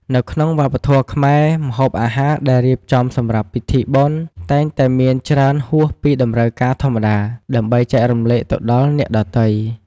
ក្នុងវប្បធម៌ខ្មែរ ម្ហូបអាហារដែលរៀបចំសម្រាប់ពិធីបុណ្យ តែងតែមានច្រើនហួសពីតម្រូវការធម្មតា ដើម្បីចែករំលែកទៅដល់អ្នកដទៃ។